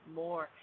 more